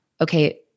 okay